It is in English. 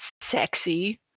sexy